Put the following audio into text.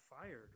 fired